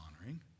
honoring